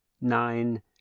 Nine